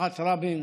משפחת רבין,